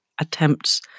attempts